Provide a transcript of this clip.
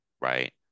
right